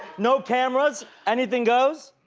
no cameras, anything goes.